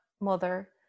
mother